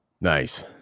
Nice